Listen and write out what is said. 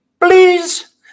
please